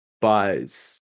buys